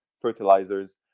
fertilizers